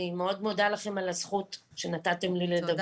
אני מאוד מודה לכם על הזכות שנתתם לי לדבר.